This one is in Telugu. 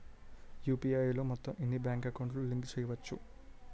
యు.పి.ఐ లో మొత్తం ఎన్ని బ్యాంక్ అకౌంట్ లు లింక్ చేయచ్చు?